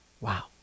Wow